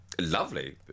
Lovely